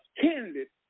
candidate